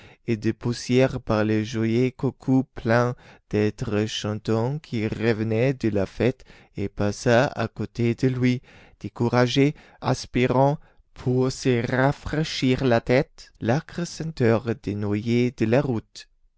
et de poussière par les joyeux coucous pleins d'êtres chantants qui revenaient de la fête et passaient à côté de lui découragé aspirant pour se rafraîchir la tête l'âcre senteur des noyers de la route